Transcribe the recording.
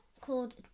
called